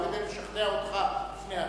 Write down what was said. הוא כדי לשכנע אותך לפני הצבעה.